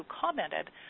commented